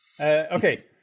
Okay